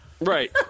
Right